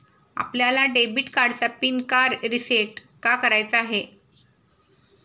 आपल्याला डेबिट कार्डचा पिन का रिसेट का करायचा आहे?